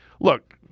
look